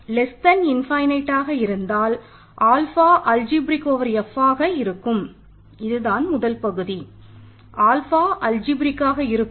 b n ஆக இருக்கும்